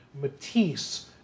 Matisse